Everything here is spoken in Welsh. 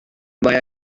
mae